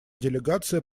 делегация